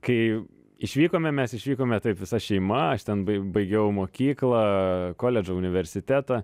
kai išvykome mes išvykome taip visa šeima aš ten bai baigiau mokyklą koledžą universitetą